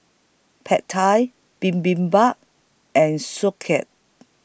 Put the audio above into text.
Pad Thai Bibimbap and